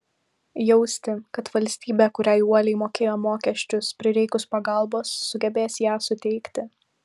jausti kad valstybė kuriai uoliai mokėjo mokesčius prireikus pagalbos sugebės ją suteikti